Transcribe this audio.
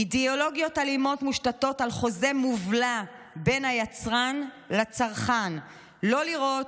אידיאולוגיות אלימות מושתתות על חוזה מובלע בין היצרן לצרכן: לא לראות,